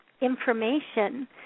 information